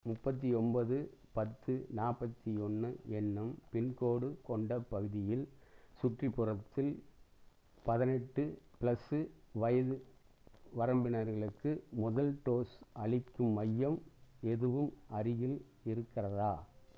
முப்பத்தி ஒம்போது பத்து நாற்பத்தி ஒன்று என்னும் பின்கோடு கொண்ட பகுதியில் சுற்றுப்புறத்தில் பதினெட்டு பிளஸ் வயது வரம்பினர்களுக்கு முதல் டோஸ் அளிக்கும் மையம் எதுவும் அருகில் இருக்கிறதா